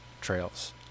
trails